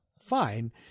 Fine